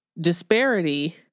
disparity